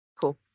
Cool